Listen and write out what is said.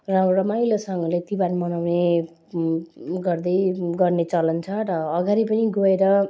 र रमाइलोसँगले तिहार मनाउने गर्दै गर्ने चलन छ र अगाडि पनि गएर